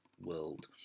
world